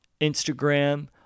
Instagram